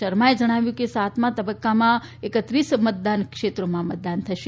શર્માએ જણાવ્યું કે સાતમાં તબક્કામાં એકત્રીસ મતદાન ક્ષેત્રોમાં મતદાન થશે